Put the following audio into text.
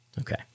Okay